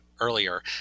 earlier